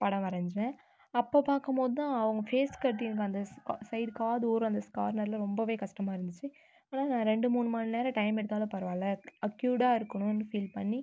படம் வரைஞ்சேன் அப்போது பார்க்கும் போது தான் அவங்க ஃபேஸ் கட் எனக்கு அந்த ஸ் க சைட் காது ஓரம் அந்த ஸ் கார்னரில் ரொம்பவே கஷ்டமா இருந்துச்சு அதனால் நான் ரெண்டு மூணு மணிநேரம் டைம் எடுத்தாலும் பரவால்ல அக்யூடா இருக்கனுனு ஃபீல் பண்ணி